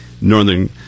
northern